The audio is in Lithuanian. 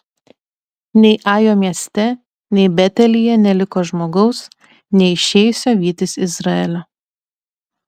nei ajo mieste nei betelyje neliko žmogaus neišėjusio vytis izraelio